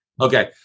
Okay